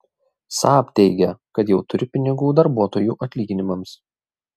saab teigia kad jau turi pinigų darbuotojų atlyginimams